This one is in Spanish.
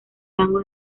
tango